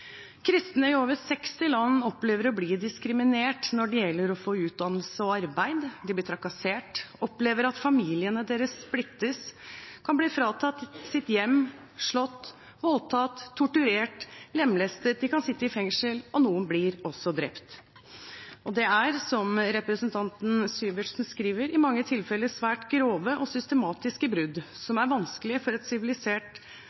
Kristne i over 60 land opplever å bli diskriminert når det gjelder å få utdannelse og arbeid, de blir trakassert, opplever at familiene deres splittes, kan bli fratatt sine hjem, slått, voldtatt, torturert, lemlestet, de kan sitte i fengsel, og noen blir også drept. Det er, som representanten Syversen skriver, i mange tilfeller svært grove og systematiske brudd,